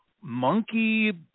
Monkey